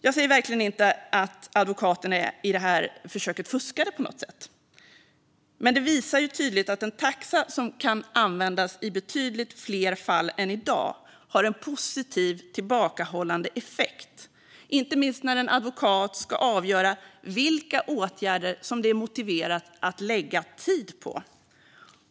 Jag säger verkligen inte att advokaterna i försöket fuskade på något sätt, men detta visar tydligt att en taxa som kan användas i betydligt fler fall än i dag har en positiv tillbakahållande effekt, inte minst när en advokat ska avgöra vilka åtgärder som det är motiverat att lägga tid på.